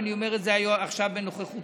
ואני אומר את זה עכשיו בנוכחותך,